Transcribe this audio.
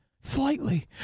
Slightly